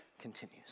continues